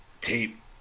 tape